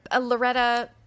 loretta